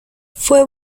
fue